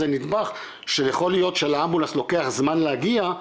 זה נדבך שיכול להיות שלאמבולנס לוקח זמן להגיע,